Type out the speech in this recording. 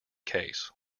case